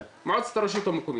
מועצת הרשות המקומית,